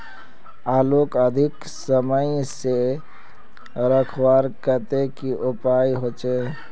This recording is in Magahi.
आलूक अधिक समय से रखवार केते की उपाय होचे?